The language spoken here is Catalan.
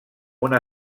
una